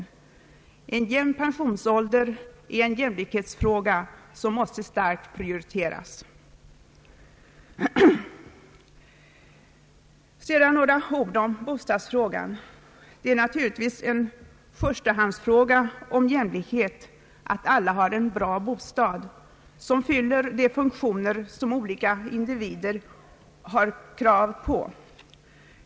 Frågan om en jämn pensionsålder är en jämlikhetsfråga som måste starkt prioriteras. Sedan några ord om bostadsfrågan. Det är naturligtvis en förstahandsfråga om jämlikhet att alla har en bra bostad som fyller de funktioner olika individer har krav på.